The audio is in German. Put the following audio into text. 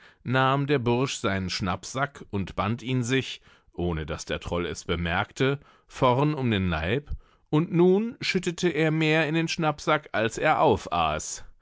nahm der bursch seinen schnappsack und band ihn sich ohne daß der troll es bemerkte vorn um den leib und nun schüttete er mehr in den schnappsack als er aufaß